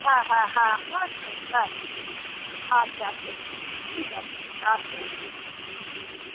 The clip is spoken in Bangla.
হ্যাঁ হ্যাঁ হ্যাঁ হুম হ্যাঁ আচ্ছা আচ্ছা ঠিক আছে আচ্ছা আচ্ছা